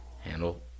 handle